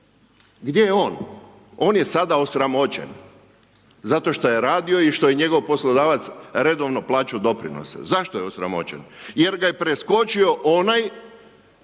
gdje je on? On je sada osramoćen zato što je radio i što je njegov poslodavac redovno plaćao doprinose. Zašto je osramoćen? Jer ga je preskočio onaj